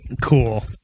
cool